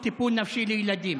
טיפול נפשי לילדים)